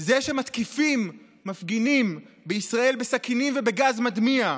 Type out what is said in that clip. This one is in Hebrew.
זה שמתקיפים מפגינים בישראל בסכינים ובגז מדמיע,